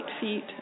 feet